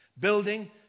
Building